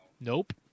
Nope